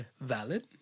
valid